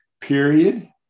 period